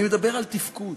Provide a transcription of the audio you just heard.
אני מדבר על תפקוד,